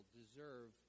deserve